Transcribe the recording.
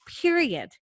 period